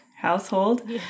household